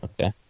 Okay